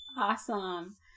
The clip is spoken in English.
awesome